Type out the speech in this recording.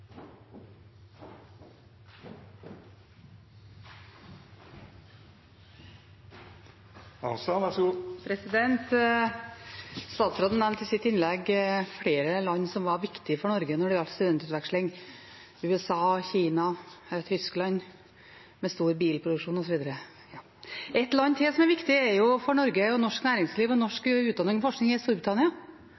Statsråden nevnte i sitt innlegg flere land som var viktige for Norge når det gjaldt studentutveksling: USA, Kina, Tyskland med stor bilproduksjon osv. Et land til som er viktig for Norge og norsk næringsliv og norsk